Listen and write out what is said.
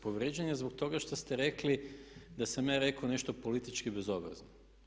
Povrijeđen je zbog toga što ste rekli da sam ja rekao nešto politički bezobrazno.